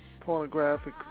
pornographic